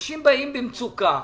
אנשים באים במצוקה.